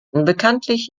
bekanntlich